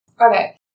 Okay